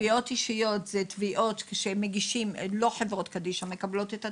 אלה תביעות שמגישים ולא חברות קדישא מקבלות את התשלום,